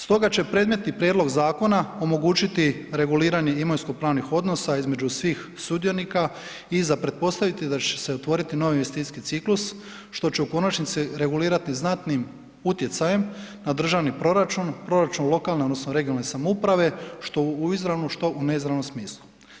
Stoga će predmetni prijedlog zakona omogućiti regulirani imovinsko-pravnih odnosa između svih sudionika i za pretpostaviti je da će se otvoriti novi investicijski ciklus, što će u konačnici regulirati znatnim utjecajem na državni proračun, proračun lokalne odnosno regionalne samouprave, što u izravnom, što u neizravnom smislu.